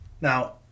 Now